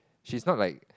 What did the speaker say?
she's not like